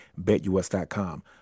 BetUS.com